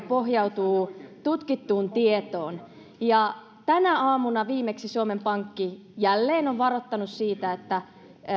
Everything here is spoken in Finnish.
pohjautuu tutkittuun tietoon tänä aamuna viimeksi suomen pankki jälleen on varoittanut siitä että